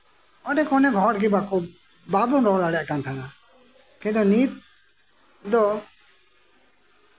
ᱚᱱᱮᱠ ᱚᱱᱮᱠ ᱦᱚᱲᱜᱮ ᱵᱟᱠᱚ ᱵᱟᱵᱚᱱ ᱨᱚᱲ ᱫᱟᱲᱮᱭᱟᱜ ᱛᱟᱸᱦᱮᱱᱟ ᱠᱤᱱᱛᱩ ᱱᱤᱛ ᱫᱚ